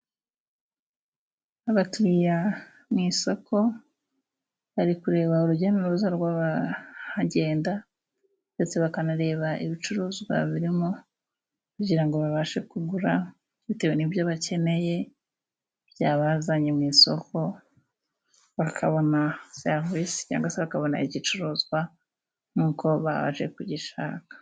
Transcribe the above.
Abakiriya mu isoko bari kureba urujya n'uruza rw'abahagenda, ndetse bakanareba ibicuruzwa birimo kugira ngo, babashe kugura bitewe n'ibyo bakeneye byabazanye mu isoko, bakabona serivisi cyangwa se bakabona igicuruzwa nk'uko baje kugishaka.